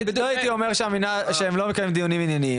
לא הייתי אומר שהם לא מקיימים דיונים ענייניים.